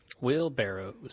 Wheelbarrows